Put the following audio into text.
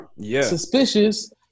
suspicious